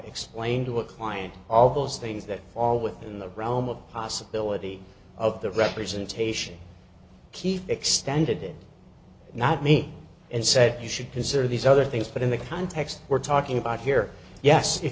explain to a client all those things that are within the realm of possibility of the representation keep extended not me and said you should consider these other things but in the context we're talking about here yes if